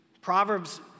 Proverbs